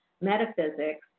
metaphysics